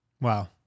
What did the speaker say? Wow